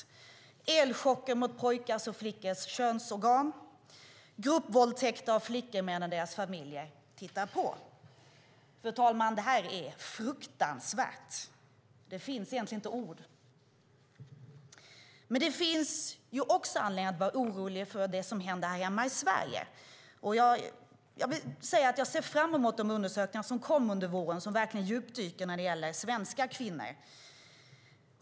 Det är fråga om elchocker mot pojkars och flickors könsorgan samt gruppvåldtäkter av flickor medan deras familjer tittar på. Fru talman! Detta är fruktansvärt. Det finns egentligen inga ord. Men det finns också anledning att vara orolig för det som händer hemma i Sverige. Jag ser fram emot de undersökningar som ska läggas fram under våren, som verkligen ska djupdyka när det gäller svenska kvinnor.